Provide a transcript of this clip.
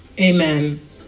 Amen